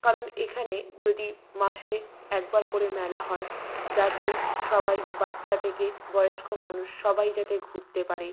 কারণ এখানে যদি মাসে একবার করে মেলা হয় যাতে সবাই বাচ্চা থেকে বয়স্ক মানুষ সবাই যাতে ঘুরতে পারে